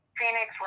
Phoenix